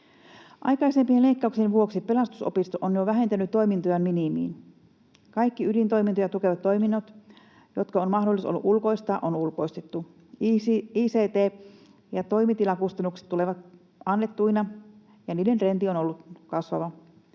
Aikaisempien leikkauksien vuoksi Pelastusopisto on jo vähentänyt toimintojaan minimiin. Kaikki ydintoimintoja tukevat toiminnot, jotka on mahdollisuus ollut ulkoistaa, on ulkoistettu. Ict- ja toimitilakustannukset tulevat annettuina, ja niiden trendi on ollut kasvava.